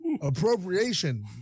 appropriation